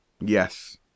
yes